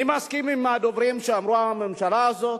אני מסכים עם הדוברים שאמרו: הממשלה הזאת,